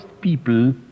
people